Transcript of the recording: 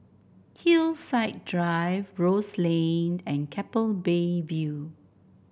Hillside Drive Rose Lane and Keppel Bay View